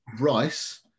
rice